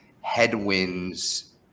headwinds